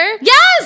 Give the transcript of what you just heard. Yes